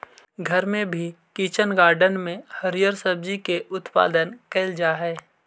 घर में भी किचन गार्डन में हरिअर सब्जी के उत्पादन कैइल जा हई